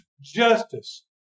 Justice